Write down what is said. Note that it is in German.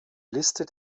liste